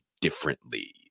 differently